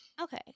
Okay